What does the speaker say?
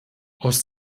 aus